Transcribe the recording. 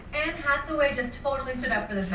anne hathaway just totally stood up for